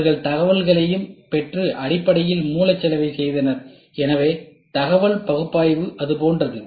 அவர்கள் தகவல்களையும் பெற்றுஅதனடிப்படையில் மூளைச்சலவை செய்தனர் எனவே தகவல் பகுப்பாய்வு அது போன்றது